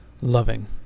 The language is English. loving